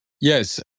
Yes